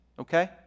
okay